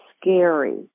scary